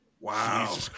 Wow